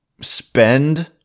spend